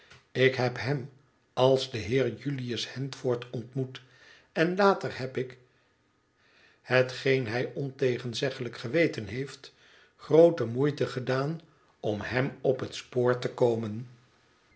ik heb hem als den heer julius handford ontmoet en later heb ik hetgeen hij ontegenzeglijk geweten heeft groote moeite gedaan om hem op het spoor te komen